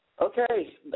Okay